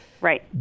Right